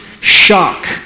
shock